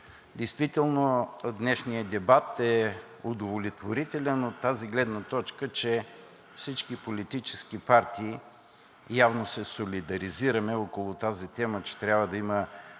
Действително днешният дебат е удовлетворителен от тази гледна точка, че всички политически партии явно се солидаризираме около тази тема, че трябва да има